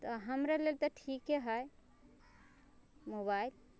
तऽ हमरा लेल तऽ ठीके है मोबाइल